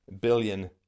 billion